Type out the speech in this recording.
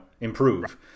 improve